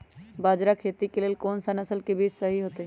बाजरा खेती के लेल कोन सा नसल के बीज सही होतइ?